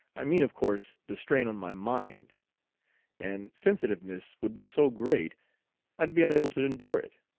i mean of course the strain on my mind and sensitiveness would be so great i'd be unable to endure it.